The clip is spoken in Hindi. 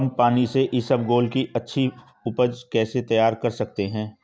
कम पानी से इसबगोल की अच्छी ऊपज कैसे तैयार कर सकते हैं?